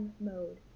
mode